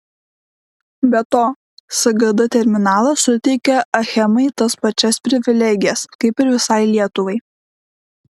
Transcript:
be to sgd terminalas suteikia achemai tas pačias privilegijas kaip ir visai lietuvai